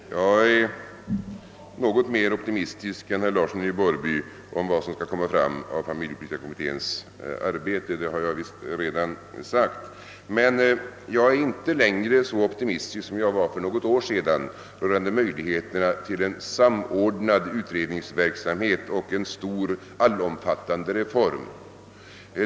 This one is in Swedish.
Herr talman! Jag är något mer optimistisk än herr Larsson i Borrby när det gäller resultatet av familjepolitiska kommitténs arbete — det har jag visst redan sagt. Men jag är inte längre så optimistisk som jag var för något år se dan rörande möjligheterna till en samordnad utredningsverksamhet och en stor, allomfattande reform.